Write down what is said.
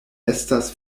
estas